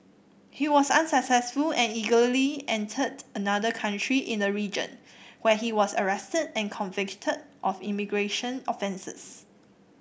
he was unsuccessful and illegally entered another country in the region where he was arrested and convicted of immigration offences